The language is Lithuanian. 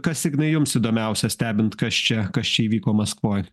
kas ignai jums įdomiausia stebint kas čia kas čia įvyko maskvoj